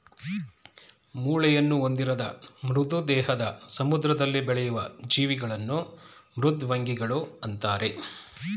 ಮೂಳೆಯನ್ನು ಹೊಂದಿರದ ಮೃದು ದೇಹದ ಸಮುದ್ರದಲ್ಲಿ ಬೆಳೆಯೂ ಜೀವಿಗಳನ್ನು ಮೃದ್ವಂಗಿಗಳು ಅಂತರೆ